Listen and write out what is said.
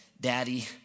Daddy